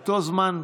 אותו זמן.